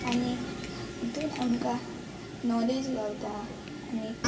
आनी हेतून आमकां नोलेज गावता आनी